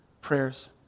prayers